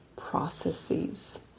processes